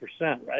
right